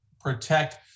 protect